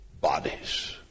bodies